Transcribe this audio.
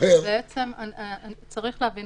צריך להבין